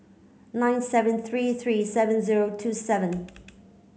nine seven three three seven zero two seven